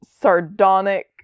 sardonic